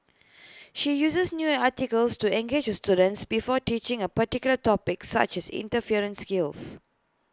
she uses news articles to engage her students before teaching A particular topic such as interference skills